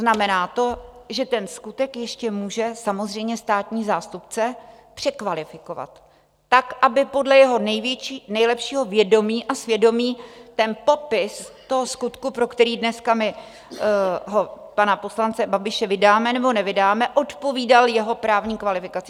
Znamená to, že ten skutek ještě může samozřejmě státní zástupce překvalifikovat tak, aby podle jeho nejlepšího vědomí a svědomí popis toho skutku, pro který dneska my ho, pana poslance Babiše, vydáme nebo nevydáme, odpovídal jeho právní kvalifikaci.